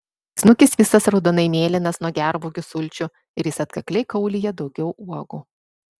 snukis visas raudonai mėlynas nuo gervuogių sulčių ir jis atkakliai kaulija daugiau uogų